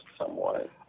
somewhat